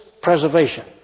preservation